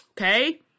okay